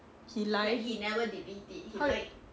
he lied how